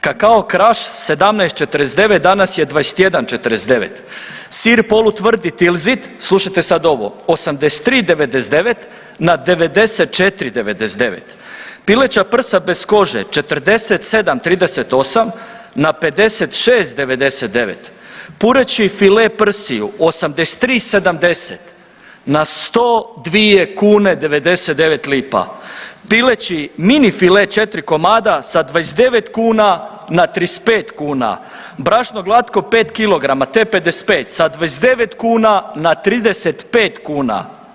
Kakao Kraš 17,49 danas je 21,49, sir polutvrdi Tilzit, slušajte sad ovo, 83,99 na 94,99, pileća prsa bez kože 47,38 na 56,99, pureći file prsiju 83,70 na 102 kune 99 lipa, pileći mini file 4 komada sa 29 kuna na 35 kuna, brašno glatko 5kg T-55 sa 29 kuna na 35 kuna.